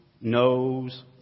knows